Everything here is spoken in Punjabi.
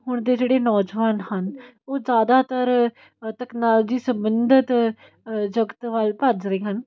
ਹੁਣ ਦੇ ਜਿਹੜੇ ਨੌਜਵਾਨ ਹਨ ਉਹ ਜ਼ਿਆਦਾਤਰ ਤੈਕਨਾਲਜੀ ਸੰਬੰਧਿਤ ਜਗਤ ਵੱਲ ਭੱਜ ਰਹੇ ਹਨ